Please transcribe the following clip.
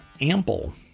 ample